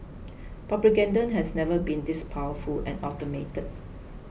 propaganda has never been this powerful and automated